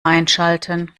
einschalten